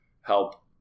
help